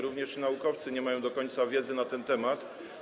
Również naukowcy nie mają do końca wiedzy na ten temat.